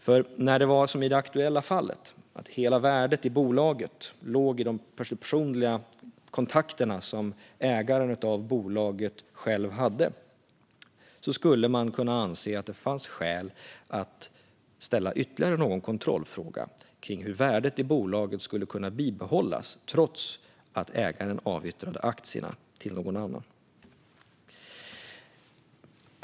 När hela värdet i bolaget i det aktuella fallet låg i de personliga kontakter som ägaren av bolaget själv hade skulle man kunna anse att det fanns skäl att ställa ytterligare någon kontrollfråga kring hur värdet i bolaget skulle kunna bibehållas trots att ägaren avyttrade aktierna till någon annan.